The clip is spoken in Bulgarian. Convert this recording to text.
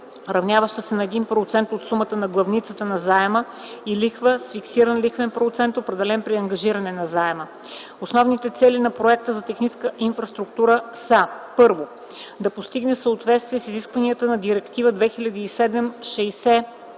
равняваща се на 1% от сумата на главницата на заема, и лихва с фиксиран лихвен процент, определен при ангажиране на заема. Основните цели на проекта за техническа инфраструктура са: 1. Да постигне съответствие с изискванията на Директива